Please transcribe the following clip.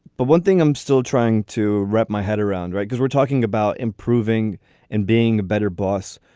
but one thing i'm still trying to wrap my head around, right, is we're talking about improving and being a better boss.